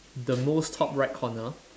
the most top right corner